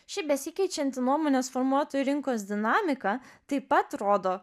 ši besikeičianti nuomonės formuotojų rinkos dinamika taip pat rodo